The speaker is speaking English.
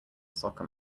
soccer